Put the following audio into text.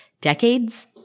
decades